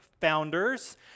founders